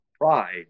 pride